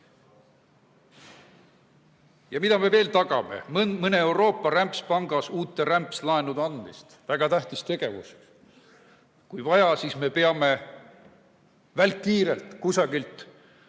Ja mida me veel tagame? Mõnes Euroopa rämpspangas uute rämpslaenude andmist. Väga tähtis tegevus! Kui vaja, siis me peame välkkiirelt kusagilt,